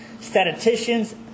statisticians